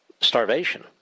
starvation